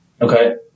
Okay